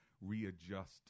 readjust